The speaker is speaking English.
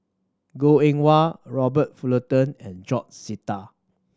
Goh Eng Wah Robert Fullerton and George Sita